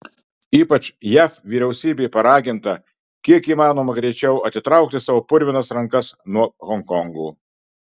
ypač jav vyriausybė paraginta kiek įmanoma greičiau atitraukti savo purvinas rankas nuo honkongo